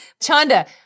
Chanda